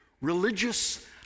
religious